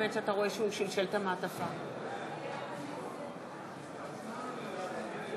מצביע ג'מעה אזברגה, מצביע